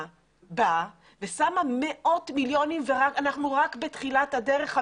באה ושמה מאות מיליונים ואנחנו רק בתחילת הדרך.